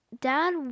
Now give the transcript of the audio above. Dad